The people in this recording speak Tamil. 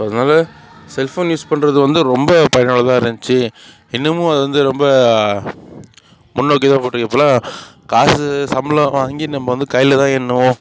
அதனால செல்ஃபோன் யூஸ் பண்ணுறது வந்து ரொம்ப பயனுள்ளதாக இருந்துச்சு இன்னமும் அது வந்து ரொம்ப முன்னோக்கி தான் போயிட்டுருக்கு இப்போலாம் காசு சம்பளம் வாங்கி நம்ம வந்து கையில் தான் எண்ணுவோம்